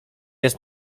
jest